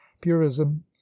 purism